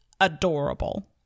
adorable